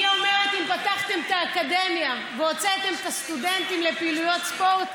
אני אומרת: אם פתחתם את האקדמיה והוצאתם את הסטודנטים לפעילויות ספורט,